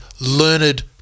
learned